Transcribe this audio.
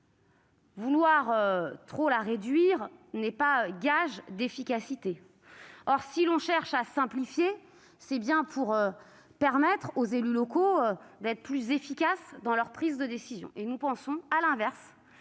vouloir trop réduire l'évaluation n'est pas un gage d'efficacité. Si l'on cherche à simplifier, c'est bien pour permettre aux élus locaux d'être plus efficaces dans leur prise de décision ; or, justement, nous pensons à l'inverse